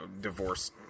divorce